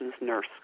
nurse